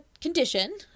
condition